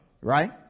right